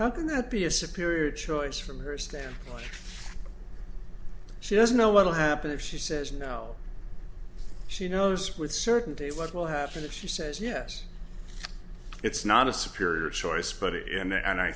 how can that be a superior choice from her stance she doesn't know what'll happen if she says no she knows with certainty what will happen if she says yes it's not a spirit or choice but it and i